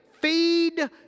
Feed